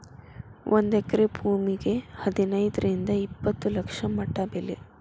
ಒಂದ ಎಕರೆ ಭೂಮಿಗೆ ಹದನೈದರಿಂದ ಇಪ್ಪತ್ತ ಲಕ್ಷ ಮಟಾ ಬೆಲೆ